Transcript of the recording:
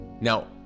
Now